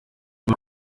uko